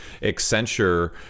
Accenture